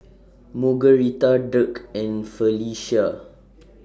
Margueritta Dirk and Felecia